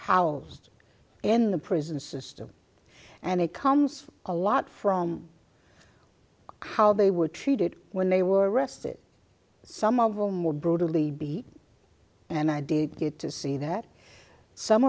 housed in the prison system and it comes a lot from how they were treated when they were arrested some of them were brutally beat and i did get to see that some